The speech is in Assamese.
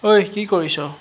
ঐ কি কৰিছ